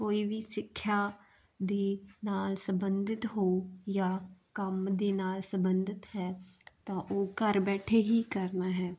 ਕੋਈ ਵੀ ਸਿੱਖਿਆ ਦੇ ਨਾਲ ਸੰਬੰਧਿਤ ਹੋ ਜਾਂ ਕੰਮ ਦੇ ਨਾਲ ਸੰਬੰਧਿਤ ਹੈ ਤਾਂ ਉਹ ਘਰ ਬੈਠੇ ਹੀ ਕਰਨਾ ਹੈ